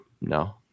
No